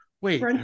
wait